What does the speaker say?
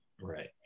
Right